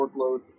workload